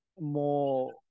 more